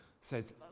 says